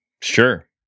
Sure